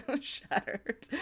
shattered